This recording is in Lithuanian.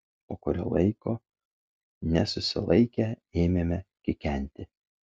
po kurio laiko nesusilaikę ėmėme kikenti